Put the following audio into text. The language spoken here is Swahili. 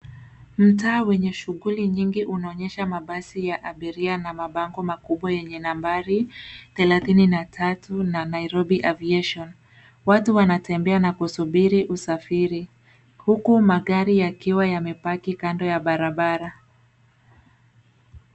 Mtaa wenye shughuli nyingi unaonyesha mabasi ya abiria na mabango makubwa yenye nambari thelathini na tatu na Nairobi aviation . Watu wanatembea na kusubiri usafiri huku magari yakiwa yamepaki kando ya barabara.